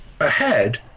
ahead